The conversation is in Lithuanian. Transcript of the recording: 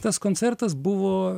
tas koncertas buvo